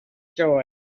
joy